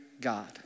God